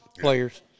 players